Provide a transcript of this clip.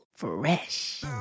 fresh